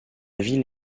ville